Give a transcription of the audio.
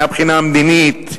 מהבחינה המדינית.